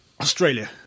Australia